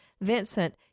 Vincent